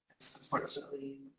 unfortunately